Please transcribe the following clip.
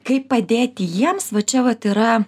kaip padėti jiems va čia vat yra